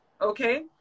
Okay